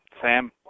Sam